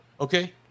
Okay